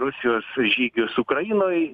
rusijos žygius ukrainoj